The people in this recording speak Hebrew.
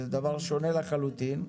זה דבר שונה לחלוטין,